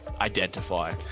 identify